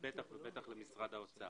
בטח ובטח למשרד האוצר,